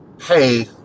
hey